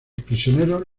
prisioneros